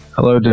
Hello